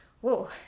whoa